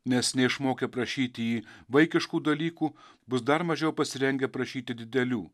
nes neišmokė prašyti jį vaikiškų dalykų bus dar mažiau pasirengę prašyti didelių